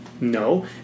No